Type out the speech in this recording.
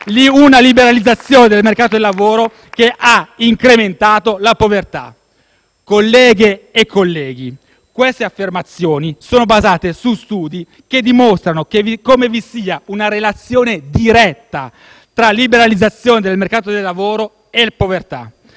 una liberalizzazione del mercato del lavoro che ha incrementato la povertà. Colleghe e colleghi, queste affermazioni sono basate su studi che dimostrano come vi sia una relazione diretta tra la liberalizzazione del mercato del lavoro e la povertà.